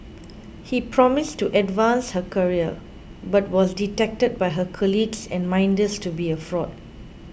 he promised to advance her career but was detected by her colleagues and minders to be a fraud